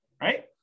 right